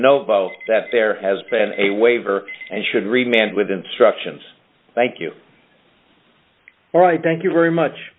know that there has been a waiver and should read man with instructions thank you thank you very much